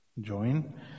join